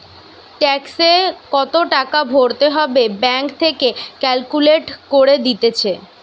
ট্যাক্সে কত টাকা ভরতে হবে ব্যাঙ্ক থেকে ক্যালকুলেট করে দিতেছে